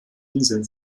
inseln